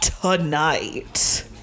tonight